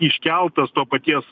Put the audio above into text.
iškeltos to paties